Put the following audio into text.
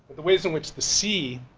the ways in which the sea,